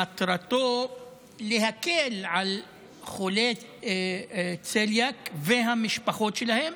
שמטרתו להקל על חולי צליאק והמשפחות שלהם